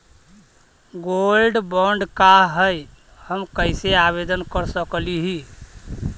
Gold bond का है, हम कैसे आवेदन कर सकली ही?